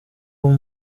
uba